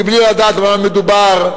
מבלי לדעת במה מדובר,